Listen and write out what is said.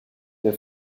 der